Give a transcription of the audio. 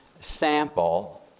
sample